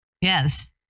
yes